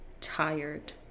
tired